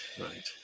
right